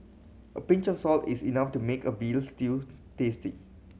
a pinch of salt is enough to make a veal stew tasty